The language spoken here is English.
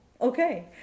okay